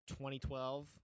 2012